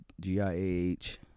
G-I-A-H